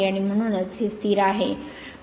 आणि म्हणूनच हे स्थिर आहे